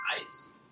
Nice